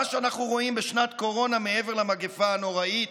מה שאנחנו רואים בשנת קורונה, מעבר למגפה הנוראית,